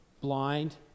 blind